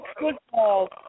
football